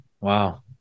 Wow